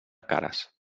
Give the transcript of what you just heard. cares